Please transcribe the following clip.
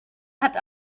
hat